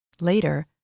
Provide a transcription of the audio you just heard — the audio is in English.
Later